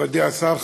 מכובדי השר,